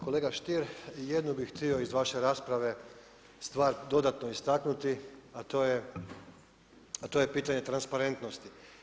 Kolega Stier, jednu bi htio iz vaše rasprave stvar dodatno istaknuti, a to je pitanje transparentnosti.